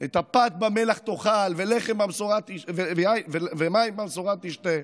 את ה"פת במלח תאכל ומים במשורה תשתה",